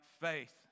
faith